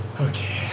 Okay